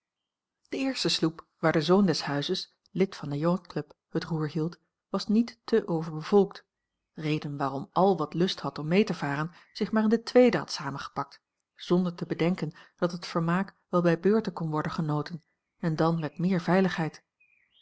de eerste sloep waar de zoon des a l g bosboom-toussaint langs een omweg huizes lid van de yachtclub het roer hield was niet te overbevolkt reden waarom àl wat lust had om mee te varen zich maar in de tweede had samengepakt zonder te bedenken dat het vermaak wel bij beurten kon worden genoten en dan met meer veiligheid